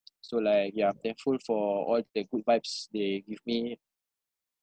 so like yup thankful for all the good vibes they give me